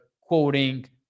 quoting